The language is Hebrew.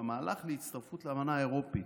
ומהלך ההצטרפות לאמנה האירופית,